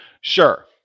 Sure